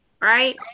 right